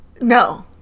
No